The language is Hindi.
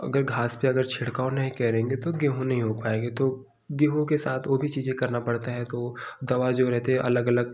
अगर घास के अगर छिड़काव नहीं करेंगे तो गेहूँ नहीं हो पाएँगे तो गेहूँ के साथ वह भी चीज़ें करना पड़ता है तो दवा जो रहते हैं अलग अलग